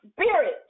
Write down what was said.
Spirit